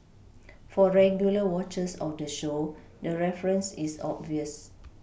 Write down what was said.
for regular watchers of the show the reference is obvious